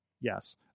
yes